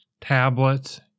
tablets